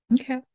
Okay